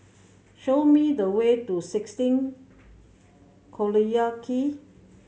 show me the way to sixteen Collyer Quay